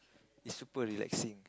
is super relaxing